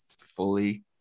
Fully